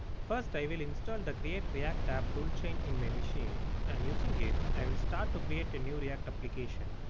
first i will install the create-react-app tool chain in my machine and using it, i will start to create a new react application.